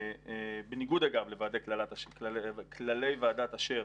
בניגוד אגב לכללי ועדת אשר